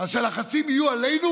אז שהלחצים יהיו עלינו?